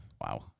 wow